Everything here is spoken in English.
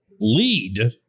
lead